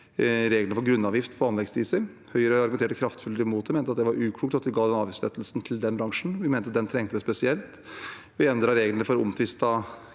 bl.a. reglene for grunnavgift på anleggsdiesel. Høyre argumenterte kraftig imot det og mente det var uklokt at vi ga den avgiftslettelsen til den bransjen, men vi mente at den trengtes spesielt. Vi endret reglene for omtvistede